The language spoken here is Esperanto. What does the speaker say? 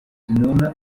nun